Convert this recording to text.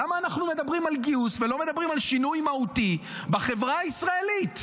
למה אנחנו מדברים על גיוס ולא מדברים על שינוי מהותי בחברה הישראלית?